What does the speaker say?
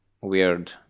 weird